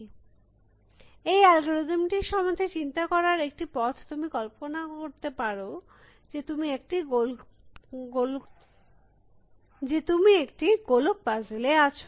সুতরাং এই অ্যালগরিদম টির সম্বন্ধে চিন্তা করার একটি পথ তুমি কল্পনা করতে পারো যে তুমি একটি গোলকপাজেলয় আছ